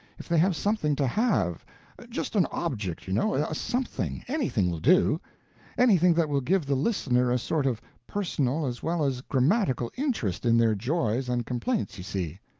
if they have something to have just an object, you know, a something anything will do anything that will give the listener a sort of personal as well as grammatical interest in their joys and complaints, you see.